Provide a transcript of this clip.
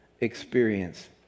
experience